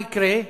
מה יקרה?